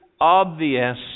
obvious